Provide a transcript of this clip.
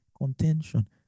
Contention